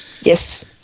Yes